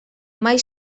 mai